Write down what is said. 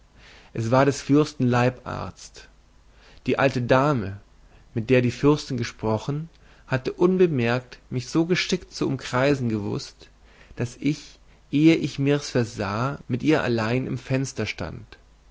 es war des fürsten leibarzt die alte dame mit der die fürstin gesprochen hatte unbemerkt mich so geschickt zu umkreisen gewußt daß ich ehe ich mir's versah mit ihr allein im fenster stand